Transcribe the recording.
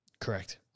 Correct